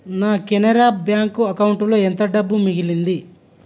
నా కెనరా బ్యాంక్ అకౌంటులో ఎంత డబ్బు మిగిలింది